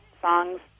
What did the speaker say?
songs